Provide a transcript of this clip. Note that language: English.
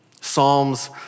Psalms